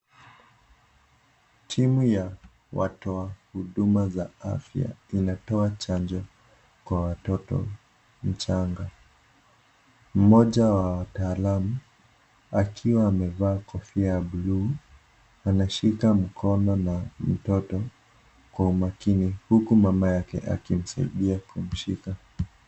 Timu ya watoa huduma za afya inatoa chanjo kwa watoto mchanga. Mmoja wa wataalamu akiwa amevaa kofia ya bluu. Anashika mkono na mtoto kwa umakini. Huku mama yake akimsaidia kumshika.